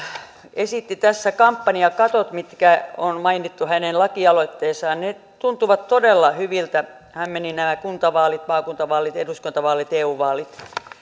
esitti tässä kampanjakatot mitkä on mainittu hänen lakialoitteessaan ne tuntuvat todella hyviltä tähän menivät nämä kuntavaalit maakuntavaalit eduskuntavaalit eu vaalit